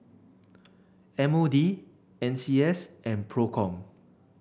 M O D N C S and Procom